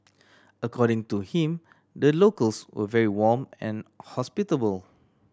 according to him the locals were very warm and hospitable